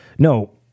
No